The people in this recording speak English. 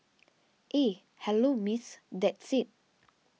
eh hello Miss that's it